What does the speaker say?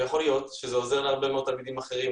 יכול להיות שזה עוזר להרבה מאוד תלמידים אחרים,